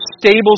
stable